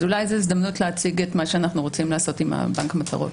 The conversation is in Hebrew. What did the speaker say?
אז אולי זאת הזדמנות להציג את מה שאנחנו רוצים לעשות עם בנק המטרות.